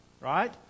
right